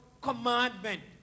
commandment